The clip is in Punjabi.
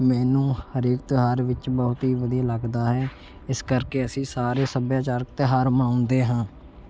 ਮੈਨੂੰ ਹਰੇਕ ਤਿਉਹਾਰ ਵਿੱਚ ਬਹੁਤ ਹੀ ਵਧੀਆ ਲੱਗਦਾ ਹੈ ਇਸ ਕਰਕੇ ਅਸੀਂ ਸਾਰੇ ਸੱਭਿਆਚਾਰਕ ਤਿਉਹਾਰ ਮਨਾਉਂਦੇ ਹਾਂ